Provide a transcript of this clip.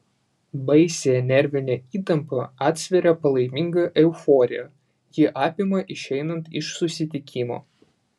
baisiąją nervinę įtampą atsveria palaiminga euforija ji apima išeinant iš susitikimo